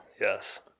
Yes